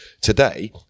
today